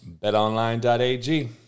betonline.ag